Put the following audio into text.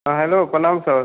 हाँ हैलो प्रणाम सर